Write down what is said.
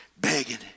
begging